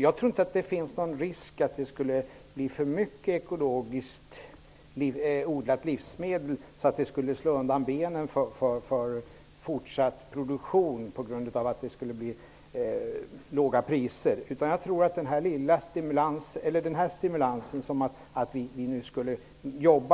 Jag tror inte att det finns någon risk för att det skulle bli för mycket av ekologiskt odlade livsmedel så att det skulle slå undan benen för fortsatt produktion på grund av låga priser. Jag tror inte att stimulansen att få